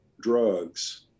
drugs